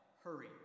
Hurry